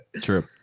True